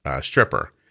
Stripper